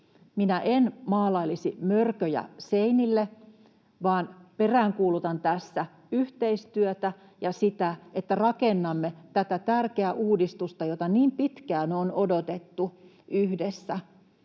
Minä en maalailisi mörköjä seinille vaan peräänkuulutan tässä yhteistyötä ja sitä, että rakennamme yhdessä tätä tärkeää uudistusta, jota niin pitkään on odotettu,